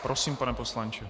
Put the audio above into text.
Prosím, pane poslanče.